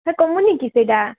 କମୁନି କି ସେଇଟା